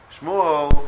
Shmuel